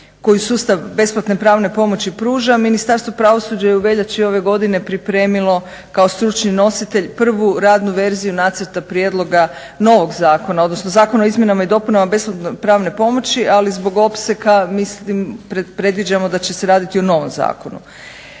koju sustav besplatne pravne pomoći pruža Ministarstvo pravosuđa je u veljači ove godine pripremilo kao stručni nositelj prvu radnu verziju Nacrta prijedloga novog zakona, odnosno Zakona o izmjenama i dopunama besplatne pravne pomoći, ali zbog opsega mislim predviđamo da će se raditi o novom zakonu.